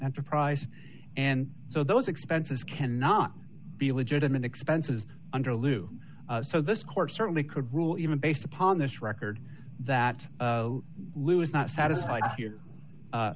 and price and so those expenses cannot be legitimate expenses under lou so this court certainly could rule even based upon this record that lou is not satisfied